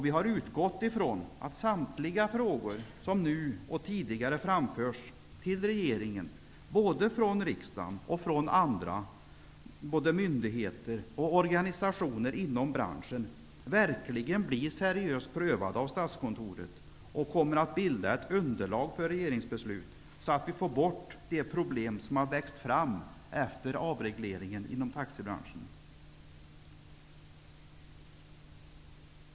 Vi har utgått från att samtliga frågor som nu framförs och som tidigare framförts till regeringen, både från riksdagen och från andra myndigheter och organisationer inom branschen, verkligen blir seriöst prövade av Statskontoret och kommer att bilda underlag för regeringsbeslut. På så sätt löses de problem som växt fram efter avregleringen inom taxibranschen.